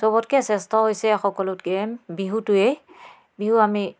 চবতকে শ্ৰেষ্ঠ হৈছে সকলোতকৈ বিহুটোৱে বিহু আমি